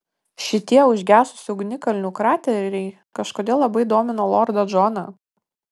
šitie užgesusių ugnikalnių krateriai kažkodėl labai domino lordą džoną